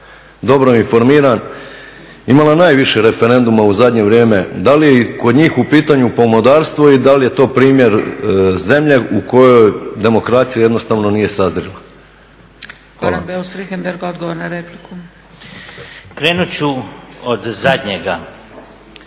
dobro informiran imala najviše referenduma u zadnje vrijeme da li je i kod njih u pitanju pomodarstvo i da li je to primjer zemlje u kojoj demokracija jednostavno nije sazrila? Hvala.